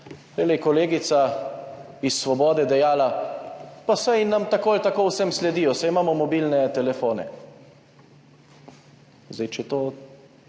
Prej je kolegica iz Svobode dejala, pa saj nam tako ali tako vsem sledijo, saj imamo mobilne telefone. Če je to